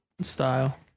style